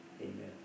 amen